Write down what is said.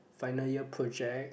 final year project